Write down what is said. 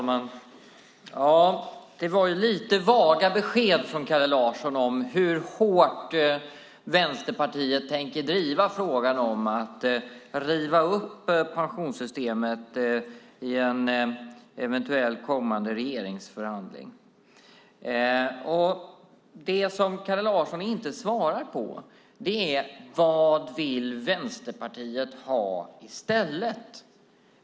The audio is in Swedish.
Herr talman! Ja, det var lite vaga besked från Kalle Larsson om hur hårt Vänsterpartiet tänker driva frågan om att riva upp pensionssystemet i en eventuell kommande regeringsförhandling. Det som Kalle Larsson inte svarar på är: Vad vill Vänsterpartiet ha i stället?